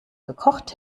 gekocht